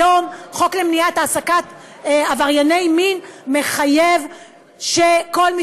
היום חוק למניעת העסקת עברייני מין מחייב שכל מי